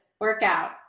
workout